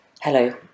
Hello